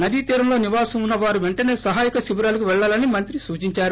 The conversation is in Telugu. నదీ తీరొలో నివాసం ఉన్న వారు పెంటనే సహాయక శిబిరాలకు వెళ్లాలనే మంత్రి సూచించారు